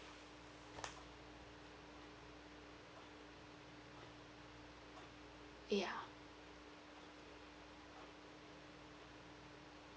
ya